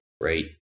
right